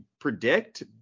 predict